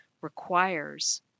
requires